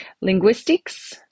Linguistics